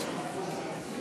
60